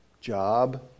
job